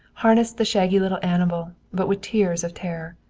harnessed the shaggy little animal, but with tears of terror.